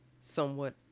somewhat